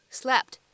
slept